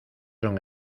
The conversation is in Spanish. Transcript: son